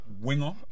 winger